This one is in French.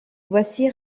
voici